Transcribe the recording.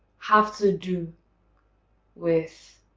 have to do with